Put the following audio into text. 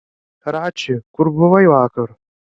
rači kur buvai vakar